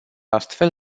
astfel